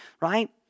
right